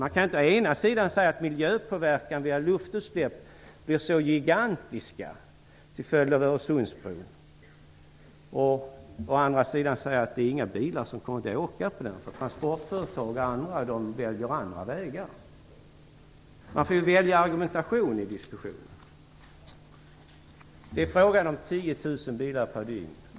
Man kan inte å ena sidan säga att miljöpåverkan via luftutsläpp blir gigantisk till följd av Öresundsbron och å andra sidan säga att det inte är några bilar som kommer att åka på bron för transportföretag väljer andra vägar. Man får välja argumentation i diskussionen. Det är fråga om 10 000 bilar per dygn.